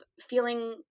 feeling